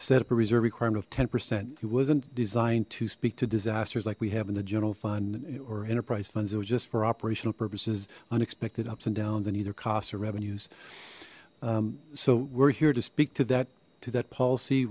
set up a reserve requirement of ten percent it wasn't designed to speak to disasters like we have in the general fund or enterprise funds it was just for operational purposes unexpected ups and downs and either costs or revenues so we're here to speak to that to that policy